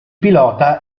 pilota